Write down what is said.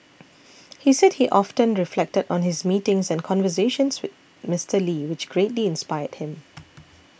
he said he often reflected on his meetings and conversations with Mister Lee which greatly inspired him